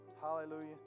Hallelujah